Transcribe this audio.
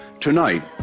Tonight